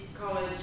college